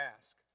ask